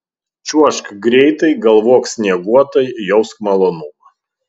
čiuožk greitai galvok snieguotai jausk malonumą